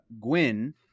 Gwyn